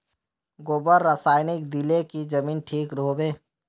गोबर रासायनिक दिले की जमीन ठिक रोहबे?